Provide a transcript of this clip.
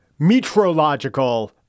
metrological